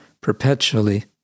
perpetually